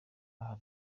aha